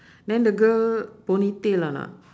then the girl ponytail or not